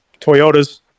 Toyotas